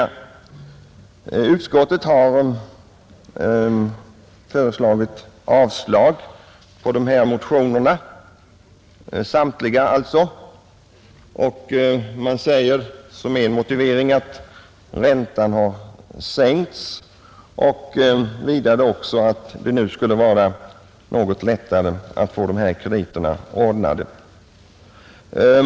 Utskottet har yrkat avslag på samtliga motioner och säger som motivering härför att räntan har sänkts och att det nu bör vara något lättare att ordna dessa krediter.